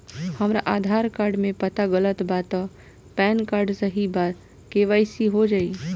हमरा आधार कार्ड मे पता गलती बा त पैन कार्ड सही बा त के.वाइ.सी हो जायी?